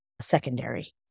secondary